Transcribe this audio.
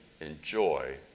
enjoy